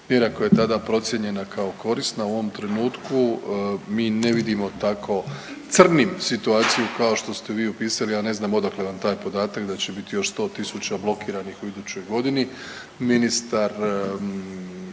mjera koja je tada procijenjena kao korisna. U ovom trenutku mi ne vidimo tako crnim situaciju kao što ste vi opisali. Ja ne znam odakle vam taj podatak da će biti još sto tisuća blokiranih u idućoj godini.